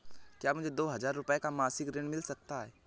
क्या मुझे दो हजार रूपए का मासिक ऋण मिल सकता है?